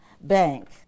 bank